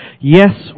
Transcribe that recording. Yes